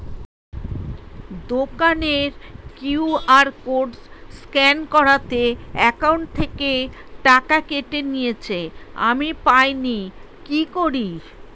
দোকানের QR code scan করাতে account থেকে টাকা কেটে নিয়েছে, আমি পাইনি কি করি?